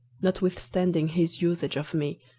notwithstanding his usage of me,